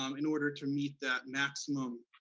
um in order to meet that maximum,